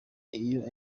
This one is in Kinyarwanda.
iyo